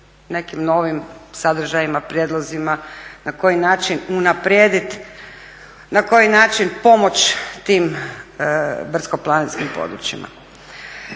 nekim novim sadržajima, prijedlozima na koji način unaprijediti, na koji način pomoći tim brdsko-planinskim područjima.